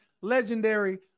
Legendary